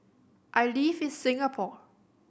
I live in Singapore